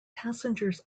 passengers